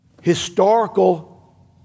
historical